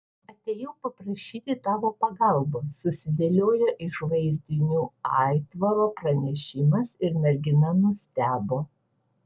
atėjau paprašyti tavo pagalbos susidėliojo iš vaizdinių aitvaro pranešimas ir mergina nustebo